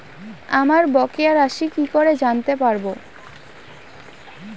আমার বকেয়া রাশি কি করে জানতে পারবো?